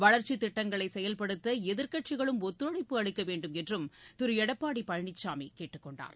வளர்ச்சித் திட்டங்களை செயல்படுத்த எதிர்க்கட்சிகளும் ஒத்துழைப்பு அளிக்க வேண்டும் என்றும் திரு எடப்பாடி பழனிசாமி கேட்டுக் கொண்டார்